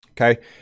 Okay